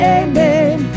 amen